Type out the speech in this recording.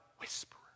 whisperer